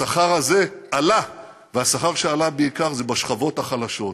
השכר הזה עלה, והשכר שעלה זה בעיקר בשכבות החלשות.